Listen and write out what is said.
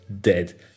dead